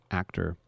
actor